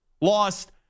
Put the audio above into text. lost